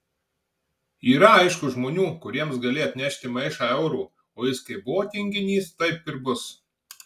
yra aišku žmonių kuriems gali atnešti maišą eurų o jis kaip buvo tinginys taip ir bus